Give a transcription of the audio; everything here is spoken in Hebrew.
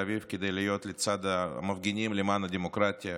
אביב כדי להיות לצד המפגינים למען הדמוקרטיה